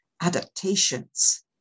adaptations